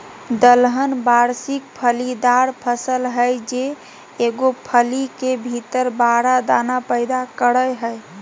दलहन वार्षिक फलीदार फसल हइ जे एगो फली के भीतर बारह दाना पैदा करेय हइ